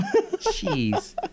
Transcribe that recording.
jeez